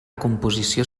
composició